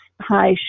high